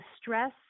stress